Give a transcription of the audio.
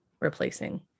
replacing